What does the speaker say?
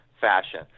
fashion